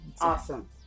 Awesome